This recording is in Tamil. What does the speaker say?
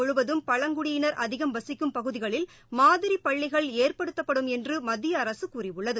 முழுவதும் பழங்குடியினர் அதிகம் வசிக்கும் பகுதிகளில் மாதிரி பள்ளிகள் நாடு ஏற்படுத்தப்படும் என்று மத்திய அரசு கூறியுள்ளது